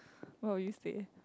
oh you said